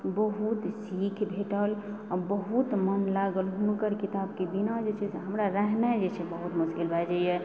बहुत सीख भेटल आओर बहुत मोन लागल हुनकर किताबके बिना जे छै से हमरा रहनाइ जे छै से बहुत मश्किल भऽ जाइए